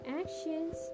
actions